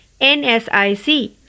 NSIC